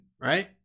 right